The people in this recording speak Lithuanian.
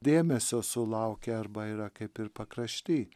dėmesio sulaukia arba yra kaip ir pakrašty